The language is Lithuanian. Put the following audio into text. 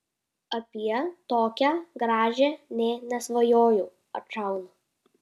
apie tokią gražią nė nesvajojau atšaunu